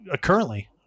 currently